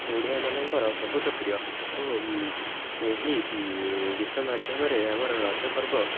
ଓଡ଼ିଆମାନଙ୍କର ବହୁତ ପ୍ରିୟ ଓ ଏହି ଗୀତ ମାଧ୍ୟମରେ ଆମର ରଜ ପର୍ବ